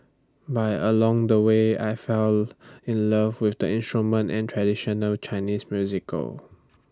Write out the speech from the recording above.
by along the way I fell in love with the instrument and traditional Chinese musical